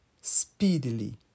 speedily